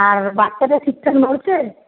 আর বাচ্চাটা ঠিকঠাক নড়ছে